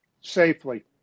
safely